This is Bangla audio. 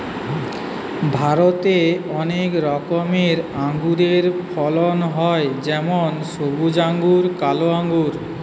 ভারতে অনেক রকমের আঙুরের ফলন হয় যেমন সবুজ আঙ্গুর, কালো আঙ্গুর